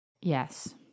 Yes